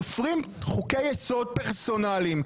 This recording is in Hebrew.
תופרים חוקי יסוד פרסונליים,